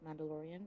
Mandalorian